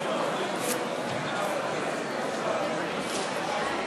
כבוד היושב-ראש, חברי הכנסת,